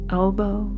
elbow